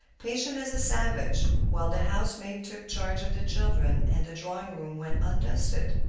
patient as a savage, while the house-maid took charge of the children, and the drawing-room went undusted.